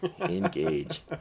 Engage